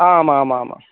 आम् आम् आम् आम्